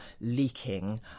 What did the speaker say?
leaking